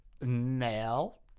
male